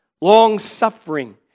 long-suffering